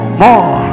more